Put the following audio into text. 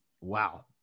Wow